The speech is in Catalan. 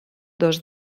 dos